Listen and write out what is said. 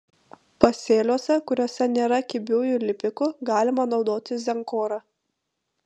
pasėliuose kuriuose nėra kibiųjų lipikų galima naudoti zenkorą